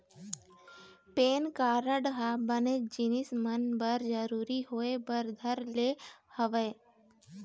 PAN card ह बनेच जिनिस मन बर जरुरी होय बर धर ले हवय